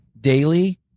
daily